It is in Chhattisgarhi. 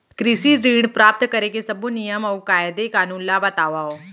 कृषि ऋण प्राप्त करेके सब्बो नियम अऊ कायदे कानून ला बतावव?